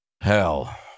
Hell